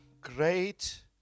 great